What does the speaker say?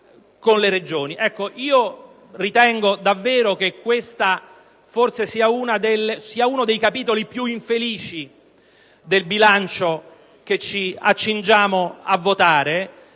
Ritengo che questo sia uno dei capitoli più infelici del bilancio che ci accingiamo a votare